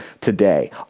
today